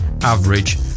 average